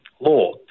law